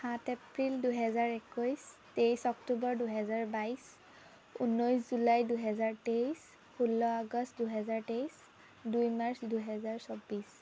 সাত এপ্ৰিল দুহেজাৰ একৈছ তেইছ অক্টোবৰ দুহেজাৰ বাইছ ঊনৈছ জুলাই দুহেজাৰ তেইছ ষোল্ল আগষ্ট দুহেজাৰ তেইছ দুই মাৰ্চ দুহেজাৰ চৌবিছ